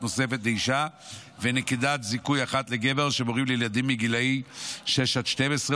נוספת לאישה ונקודת זיכוי אחת לגבר שהם הורים לילדים בגילים שש עד 12,